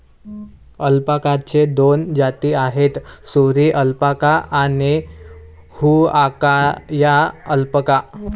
अल्पाकाच्या दोन जाती आहेत, सुरी अल्पाका आणि हुआकाया अल्पाका